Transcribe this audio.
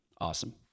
Awesome